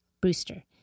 Brewster